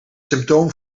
symptoom